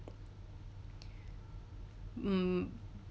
mm